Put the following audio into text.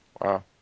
Wow